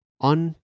On